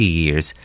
years